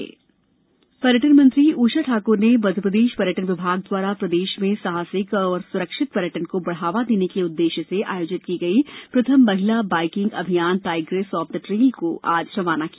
tigress of the trail अभियान पर्यटन मंत्री सुश्री उषा ठाकुर ने मध्यप्रदेश पर्यटन विभाग द्वारा प्रदेश में साहसिक एवं सुरक्षित पर्यटन को बढ़ावा देने के उद्देश्य से आयोजित की गई प्रथम महिला बाइकिंग अभियान टाइग्रेस ऑफ द ट्रेल को आज रवाना किया